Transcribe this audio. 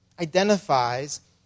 identifies